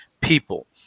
people